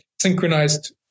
synchronized